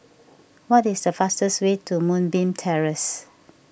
what is the fastest way to Moonbeam Terrace